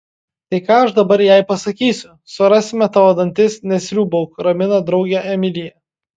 tai ką aš dabar jai pasakysiu surasime tavo dantis nesriūbauk ramina draugę emilija